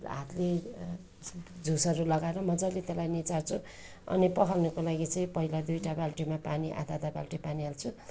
हातले झुसहरू लगाएर मजाले त्यसलाई निचार्छु अनि पखाल्नुको लागि चाहिँ पहिला दुईवटा बाल्टीमा पानी आधा आधा बाल्टी पानी हाल्छु